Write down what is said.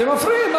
אתם מפריעים.